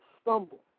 stumble